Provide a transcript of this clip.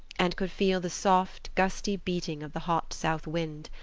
and could feel the soft, gusty beating of the hot south wind.